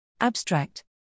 Abstract